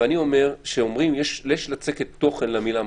יש לצקת תוכן למילה משמעות,